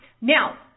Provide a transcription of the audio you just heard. Now